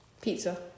Pizza